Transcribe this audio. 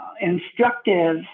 instructive